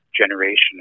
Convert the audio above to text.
generation